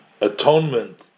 atonement